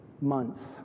months